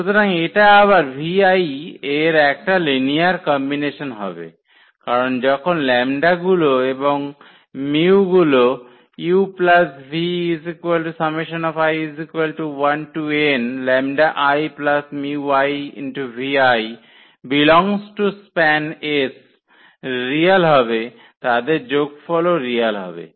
সুতরাং এটা আবার v𝑖 এর একটা লিনিয়ার কম্বিনেশন হবে কারণ যখন λ গুলো এবং μ′ গুলো রিয়াল হবে তাদের যোগফলও রিয়াল হবে